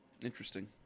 Interesting